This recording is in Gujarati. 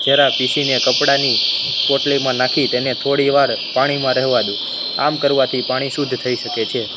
જ્યારે આ પીસીને કપડાંની પોટલીમાં નાખી તેને થોડી વાર પાણીમાં રહેવા દો આમ કરવાથી પાણી શુદ્ધ થઈ શકે છે